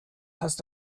passt